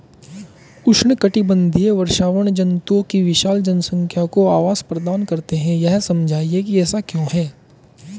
उष्णकटिबंधीय वर्षावन जंतुओं की विशाल जनसंख्या को आवास प्रदान करते हैं यह समझाइए कि ऐसा क्यों है?